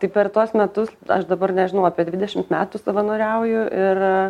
tai per tuos metus aš dabar nežinau apie dvidešimt metų savanoriauju ir